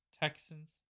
Texans